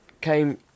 came